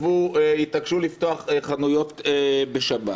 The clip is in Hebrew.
שהתעקשו לפתוח חנויות בשבת,